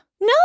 No